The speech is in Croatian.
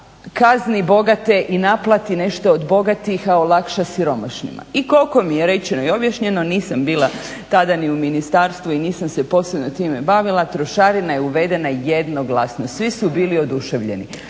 kazni bogate i naplati nešto od bogatih, a olakša siromašnima, i koliko mi je rečeno i objašnjeno, nisam bila tada ni u ministarstvu, i nisam se posebno time bavila, trošarina je uvedena jednoglasno, svi su bili oduševljeni.